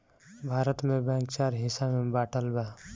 भारत में बैंक चार हिस्सा में बाटल बा